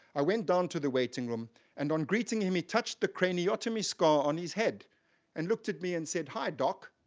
i went down to the waiting room and on greeting him he touched the craniotomy scar on his head and looked at me and said, hi, doc.